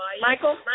Michael